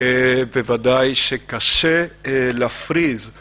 ובוודאי שקשה להפריז